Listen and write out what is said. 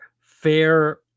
fair